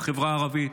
בחברה הערבית,